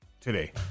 today